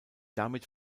damit